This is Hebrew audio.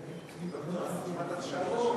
דוקטור, הזמנת תשעה אנשים.